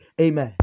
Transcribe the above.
Amen